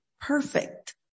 perfect